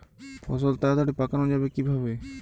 ফসল তাড়াতাড়ি পাকানো যাবে কিভাবে?